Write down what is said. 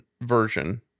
version